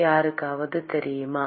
யாருக்காவது ெதரிய்மா